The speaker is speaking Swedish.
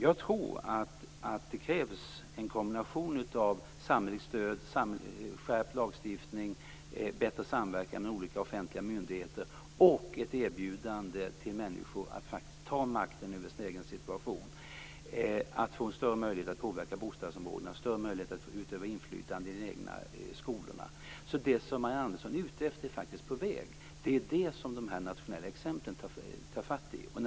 Jag tror att det krävs en kombination av samhälleligt stöd, skärpt lagstiftning, bättre samverkan med olika offentliga myndigheter och ett erbjudande till människor att faktiskt ta makten över sin egen situation, att få större möjlighet att påverka bostadsområdena och större möjlighet att utöva inflytande i de egna skolorna. Det som Marianne Andersson är ute efter är faktiskt på väg. Det är det som de nationella exemplen tar fasta på.